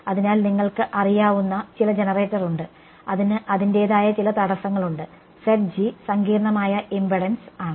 അതിനാൽ നിങ്ങൾക്ക് അറിയാവുന്ന ചില ജനറേറ്റർ ഉണ്ട് അതിന് അതിന്റേതായ ചില തടസ്സങ്ങളുണ്ട് സങ്കീർണ്ണമായ ഇംപെഡൻസ് ആണ്